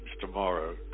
tomorrow